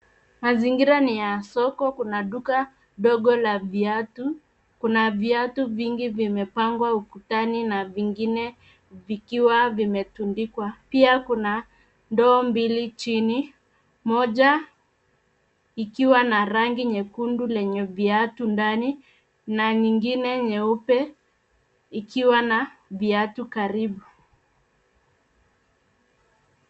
Mazingira ni ya soko. Kuna duka dogo la viatu. Kuna viatu vingi vimepangwa ukutani na vingine vikiwa vimetundikwa. Pia kuna ndoo mbili chini, moja ikiwa na rangi nyekundu lenye viatu ndani, na nyingine nyeupe ikiwa na viatu karibu.